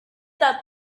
that